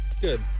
Good